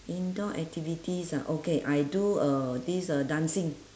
indoor activities ah okay I do uh this uh dancing